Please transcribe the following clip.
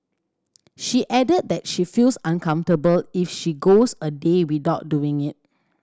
she added that she feels uncomfortable if she goes a day without doing it